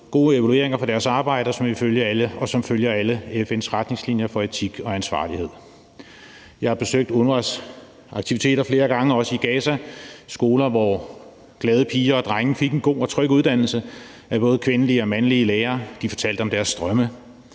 gode evalueringer for deres arbejde, og som følger alle FN's retningslinjer for etik og ansvarlighed. Jeg har besøgt UNRWA's aktiviteter flere gange, også i Gaza. Det var skoler, hvor glade piger og drenge fik en god og tryg uddannelse af både kvindelige og mandlige lærere. De fortalte om deres drømme.